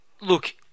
Look